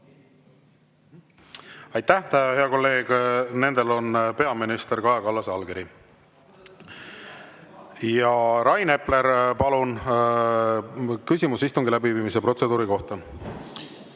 Aitäh, hea kolleeg! Nendel on peaminister Kaja Kallase allkiri. Rain Epler, palun, küsimus istungi läbiviimise protseduuri kohta!